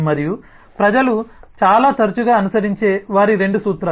మరియు ప్రజలు చాలా తరచుగా అనుసరించే వారి రెండు సూత్రాలు